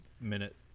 minute